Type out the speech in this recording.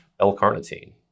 L-carnitine